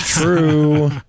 true